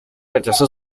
rechazó